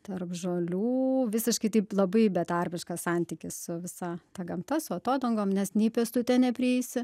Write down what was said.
tarp žolių visiškai taip labai betarpiškas santykis su visa ta gamta su atodangom nes nei pėstute neprieisi